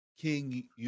King